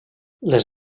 les